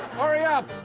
hurry up.